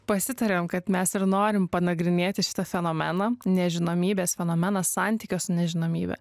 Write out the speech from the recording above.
pasitarėm kad mes ir norim panagrinėti šitą fenomeną nežinomybės fenomeną santykio su nežinomybe